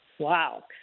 Wow